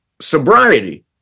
sobriety